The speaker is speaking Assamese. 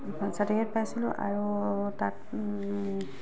এখন চাৰ্টিফিকে'ট পাইছিলো আৰু তাত